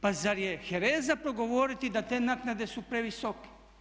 Pa zar je hereza progovoriti da te naknade su previsoke?